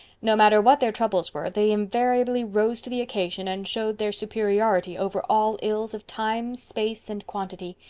no matter what their troubles were, they invariably rose to the occasion and showed their superiority over all ills of time, space, and quantity.